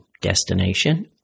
Destination